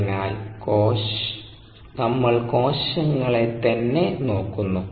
അതിനാൽ നമ്മൾ കോശങ്ങളെ ത്തന്നെ നോക്കുന്നു